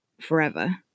forever